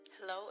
Hello